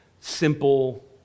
simple